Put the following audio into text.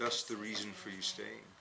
that's the reason for you staying